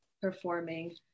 performing